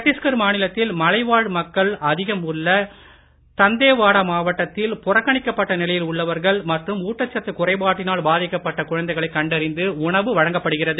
சட்டீஸ்கர் மாநிலத்தில் மலைவாழ் மக்கள் அதிகம் உள்ள தன்டேவாடா மாவட்டத்தில் புறக்கணிக்கப்பட்ட நிலையில் உள்ளவர்கள் மற்றும் ஊட்டச்சத்து குறைபாட்டினால் பாதிக்கப்பட்ட குழந்தைகளைக் கண்டறிந்து உணவு வழங்கப்படுகிறது